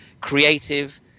creative